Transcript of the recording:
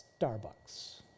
Starbucks